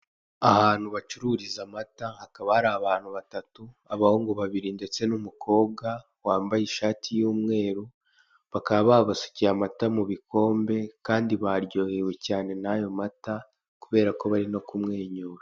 Ahantu bacururiza amata hakaba hari abantu batatu, abahungu babiri ndeste n'umukobwa wambaye ishati y'umweru. Bakaba babasukiye amata mu bikombe kandi baryohewe cyane n'ayo mata, kubera ko bari no kumwenyura.